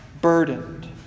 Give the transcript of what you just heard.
burdened